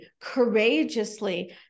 courageously